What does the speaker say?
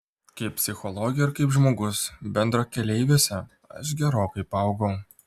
kaip psichologė ir kaip žmogus bendrakeleiviuose aš gerokai paaugau